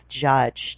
judged